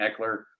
Eckler